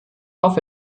hoffe